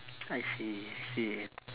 I see see